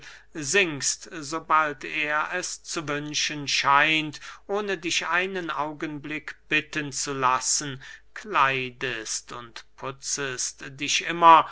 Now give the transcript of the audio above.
singst sobald er es zu wünschen scheint ohne dich einen augenblick bitten zu lassen kleidest und putzest dich immer